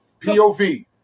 POV